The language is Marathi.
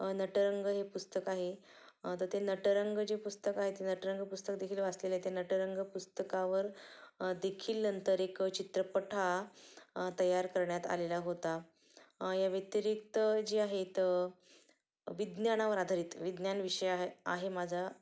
नटरंग हे पुस्तक आहे तर ते नटरंग जे पुस्तकं आहेत ते नटरंग पुस्तक देखील वाचलेलं आहे ते नटरंग पुस्तकावर देखील नंतर एक चित्रपट हा तयार करण्यात आलेला होता या व्यतिरिक्त जे आहेत विज्ञानावर आधारित विज्ञान विषय आहे आहे माझा